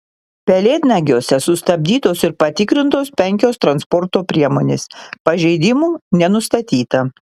pelėdnagiuose sustabdytos ir patikrintos penkios transporto priemonės pažeidimų nenustatyta